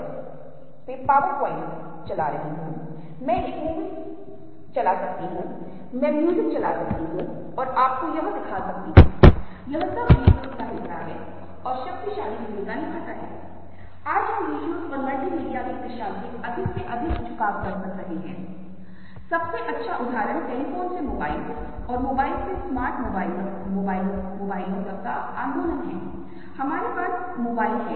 इसलिए यदि आप यहाँ पर एक सड़क देख रहे हैं तो आप पाते हैं कि सड़क वास्तव में आपको और दूर ले जाती है यहाँ पर एक लुप्त अंक की दिशा में है और आप देखते हैं कि यदि आप लंबी दूरी की सड़कों को देख रहे हैं तो वे इस तरह दिखते हैं क्योंकि आप देखते हैं कि सड़क धीरे धीरे संकरी होती जा रही है जब तक कि एक विशेष अंक पर जो क्षितिज की पूरी रेखा है यदि आप वास्तव में क्षितिज को देख पा रहे हैं तो आप अब इसके अलावा और कुछ नहीं देख सकते हैं बिंदु